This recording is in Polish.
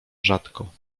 rzadko